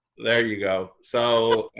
there you go, so